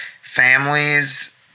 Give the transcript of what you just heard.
families